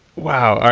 wow.